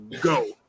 go